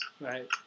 Right